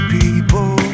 people